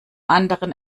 anderen